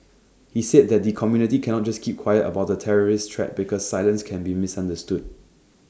he said that the community cannot just keep quiet about the terrorist threat because silence can be misunderstood